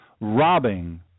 robbing